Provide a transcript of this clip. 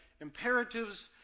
imperatives